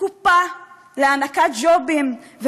קופה להענקת ג'ובים.